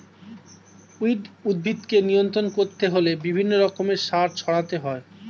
weed উদ্ভিদকে নিয়ন্ত্রণ করতে হলে বিভিন্ন রকমের সার ছড়াতে হয়